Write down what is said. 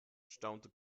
staunte